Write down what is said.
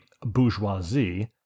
bourgeoisie